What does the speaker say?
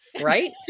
Right